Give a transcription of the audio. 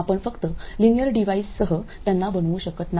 आपण फक्त लिनियर डिव्हाइससह त्यांना बनवू शकत नाही